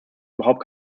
überhaupt